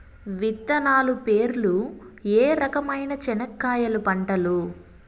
విత్తనాలు పేర్లు ఏ రకమైన చెనక్కాయలు పంటలు?